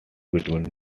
between